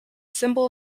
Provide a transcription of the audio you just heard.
symbol